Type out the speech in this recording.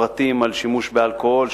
פרטים על שימוש באלכוהול,